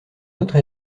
autre